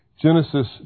Genesis